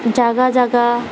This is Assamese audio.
জাগা জাগা